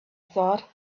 thought